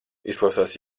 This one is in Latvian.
izklausās